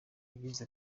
yagize